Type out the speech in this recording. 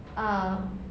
ah